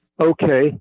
Okay